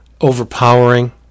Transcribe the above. overpowering